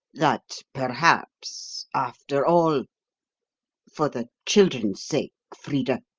that perhaps after all for the children's sake, frida